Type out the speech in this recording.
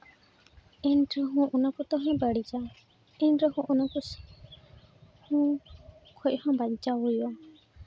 ᱮᱱᱨᱮᱦᱚᱸ ᱚᱱᱟ ᱠᱚᱛᱮ ᱦᱚᱭ ᱵᱟᱹᱲᱤᱡᱟ ᱮᱱ ᱨᱮᱦᱚᱸ ᱚᱱᱟ ᱠᱚ ᱠᱷᱚᱡ ᱦᱚᱸ ᱵᱟᱧᱪᱟᱣ ᱦᱩᱭᱩᱜᱼᱟ